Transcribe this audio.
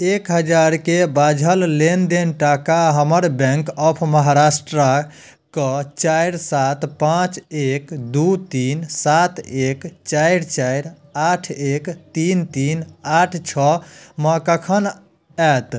एक हजार के बाझल लेनदेनक टाका हमर बैंक ऑफ महाराष्ट्रा के चारि सात पाँच एक दू तीन सात एक चारि चारि आठ एक तीन तीन आठ छओ मे कखन आयत